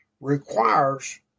requires